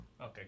Okay